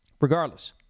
Regardless